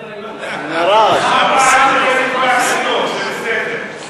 בקריאה ראשונה ותועבר לוועדת הפנים והגנת הסביבה.